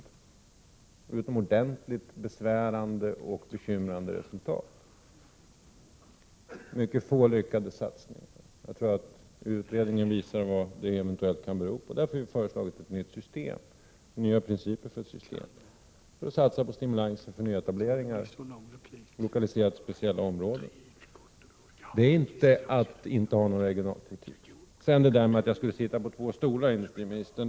Utredningen har kommit fram till utomordentligt besvärande och bekymmersamma resultat. Det finns mycket få lyckade satsningar. Jag tror att utredningen visar vad det eventuellt kan bero på. Vi har därför föreslagit ett nytt system — och nya principer för ett system — för att satsa på stimulanser till nyetableringar lokaliserade till speciella områden. Det är inte samma sak som att vi inte har någon regionalpolitik. Sedan vill jag ta upp påståendet att jag skulle sitta på två stolar.